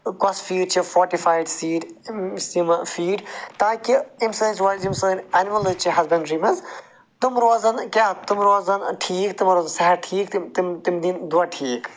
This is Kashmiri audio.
کۄس فیٖڈ چھِ فاٹِفایڈ سیٖڈ یِم فیٖڈ تاکہِ اَمہِ سۭتۍ روزِ یِم سٲنۍ اَنمٕلٕز چھِ ہَزبَنٛڈری مَنٛز تِم روزَن کیٛاہ تِم روزَن ٹھیٖک تِمَن روزِ صحت ٹھیٖک تِم تِم تِم تِم دِنۍ دۄد ٹھیٖک